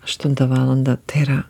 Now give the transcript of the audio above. aštuntą valandą tai yra